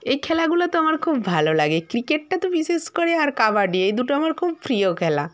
এই খেলাগুলো তো আমার খুব ভালো লাগে ক্রিকেটটা তো বিশেষ করে আর কাবাডি এই দুটো আমার খুব প্রিয় খেলা